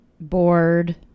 bored